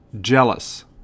jealous